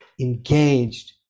engaged